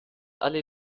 alle